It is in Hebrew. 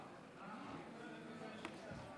חבריי חברי הכנסת,